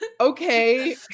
okay